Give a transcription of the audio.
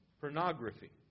Pornography